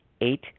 Eight